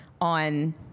on